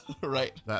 Right